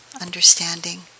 understanding